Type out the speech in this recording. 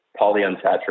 polyunsaturated